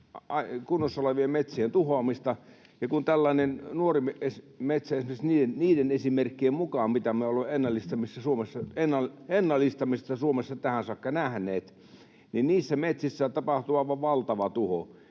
kunnossa olevien metsien tuhoamista. Kun on tällainen nuori metsä, niin niiden esimerkkien mukaan, mitä me olemme ennallistamisesta Suomessa tähän saakka nähneet, niissä metsissä tapahtuu aivan valtava tuho.